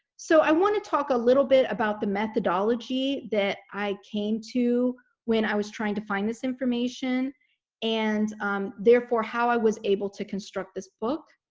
so i want to talk a little bit about the methodology that i came to when i was trying to find this information and therefore how i was able to construct this book.